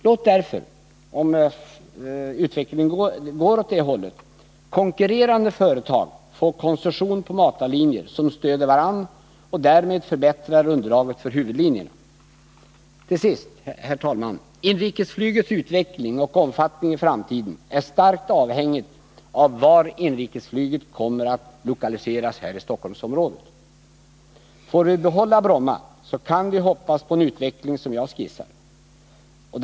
Låt därför, om utvecklingen går åt det hållet, konkurrerande företag få koncession på matarlinjer som stöder varandra och därmed förbättrar underlaget för huvudlinjerna. Till sist, herr talman: Inrikesflygets utveckling och omfattning i framtiden är starkt avhängig av var inrikesflyget kommer att lokaliseras här i Stockholmsområdet. Får vi behålla Bromma kan vi hoppas på en utveckling av det slag som jag skissat.